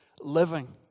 living